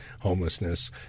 homelessness